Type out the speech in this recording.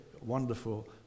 wonderful